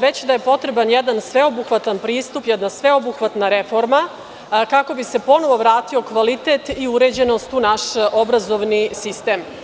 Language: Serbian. već da je potreban jedan sveobuhvatan pristup, jedna sveobuhvatna reforma, kako bi se ponovo vratio kvalitet i uređenost u naš obrazovni sistem.